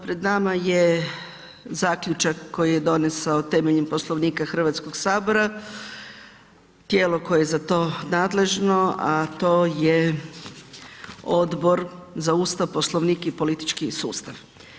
Pred nama je zaključak koji je donesao temeljem Poslovnika Hrvatskog sabora tijelo koje je za to nadležno a to je Odbor za Ustav, Poslovnik i politički sustav.